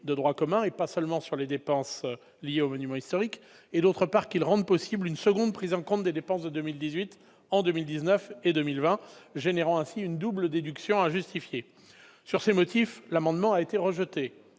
de droit commun, et pas seulement sur les dépenses liées aux monuments historiques ; d'autre part, elle pouvait rendre possible une seconde prise en compte des dépenses de 2018 en 2019 et 2020, engendrant ainsi une double déduction injustifiée. Pour ces motifs, l'Assemblée nationale a rejeté